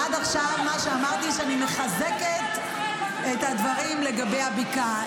עד עכשיו מה שאמרתי זה שאני מחזקת את הדברים לגבי הבקעה.